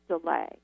delay